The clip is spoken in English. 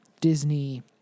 Disney